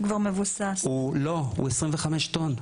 הוא 25 טון,